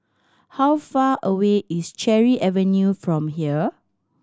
how far away is Cherry Avenue from here